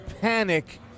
panic